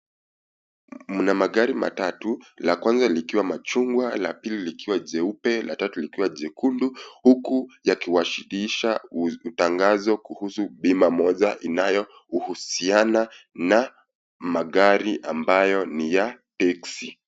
Mna magari matatu la kwanza likiwa machungwa, la pili likiwa jeupe, la tatu likiwa jekundu, huku yakiwashilisha utangazo kuhusu bima moja inayouhusiana magari ambayo ni ya texi.